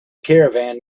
caravan